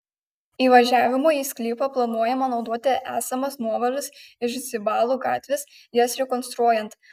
įvažiavimui į sklypą planuojama naudoti esamas nuovažas iš zibalų gatvės jas rekonstruojant